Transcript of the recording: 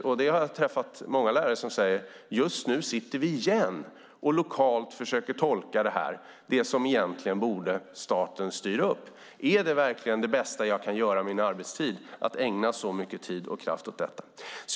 Jag har träffat många lärare som säger - det är alternativet - att de nu åter sitter och försöker tolka lokalt det som staten egentligen borde styra upp. De frågar sig om det verkligen är det bästa de kan göra med sin arbetstid, att ägna så mycket tid och kraft åt detta.